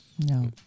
No